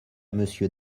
monsieur